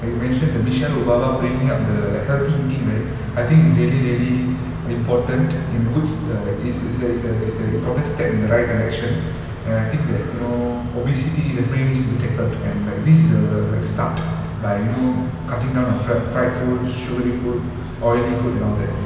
like you mention the michelle obama bringing up the like healthy eating right I think is really really important in a good s~ err like it's it's a it's a it's a important step in the right direction and I think that you know obesity definitely needs to be tackled and like this is a like start by you know cutting down on fr~ fried food sugary food oily food and all that